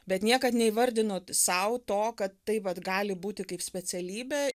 bet niekad neįvardino sau to kad tai vat gali būti kaip specialybė